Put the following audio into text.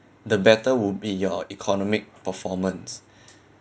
the better would be your economic performance